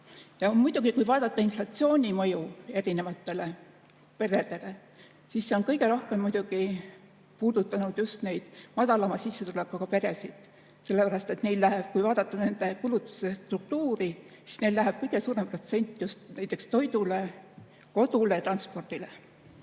Ja kui vaadata inflatsiooni mõju erinevatele peredele, siis see on kõige rohkem puudutanud just madalama sissetulekuga peresid, sellepärast et kui vaadata nende kulutuste struktuuri, siis neil läheb kõige suurem protsent just näiteks toidule, kodule ja transpordile.